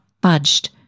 budged